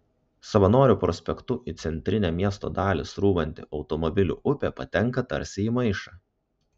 savanorių prospektu į centrinę miesto dalį srūvanti automobilių upė patenka tarsi į maišą